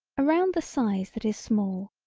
around the size that is small,